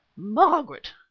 margaret!